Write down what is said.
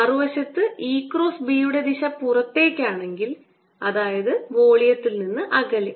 മറുവശത്ത് E cross B യുടെ ദിശ പുറത്തേക്ക് ആണെങ്കിൽ അതായത് വോളിയത്തിൽ നിന്ന് അകലെ